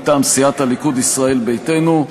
מטעם סיעת הליכוד, ישראל ביתנו: